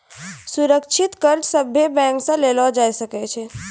सुरक्षित कर्ज सभे बैंक से लेलो जाय सकै छै